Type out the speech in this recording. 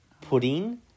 Pudding